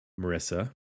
Marissa